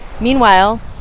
meanwhile